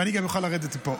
וגם אוכל לרדת מפה.